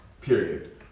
period